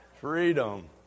Freedom